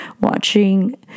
watching